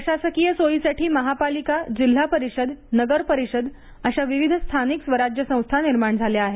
प्रशासकीय सोयीसाठी महापालिका जिल्हा परिषद नगर परिषद अशा विविध स्थानिक स्वराज्य संस्था निर्माण झाल्या आहेत